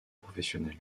professionnel